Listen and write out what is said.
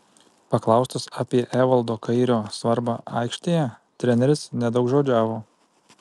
paklaustas apie evaldo kairio svarbą aikštėje treneris nedaugžodžiavo